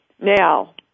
Now